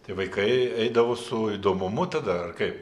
tai vaikai eidavo su įdomumu tada ar kaip